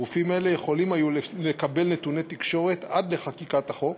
גופים אלה יכולים היו לקבל נתוני תקשורת עד לחקיקת החוק,